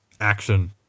action